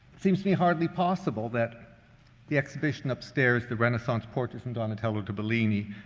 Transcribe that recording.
it seems to me hardly possible that the exhibition upstairs, the renaissance portrait from donatello to bellini,